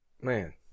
man